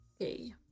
Okay